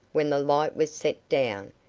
when the light was set down,